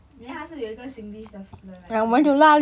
then 他是有一个 singlish 的 the like the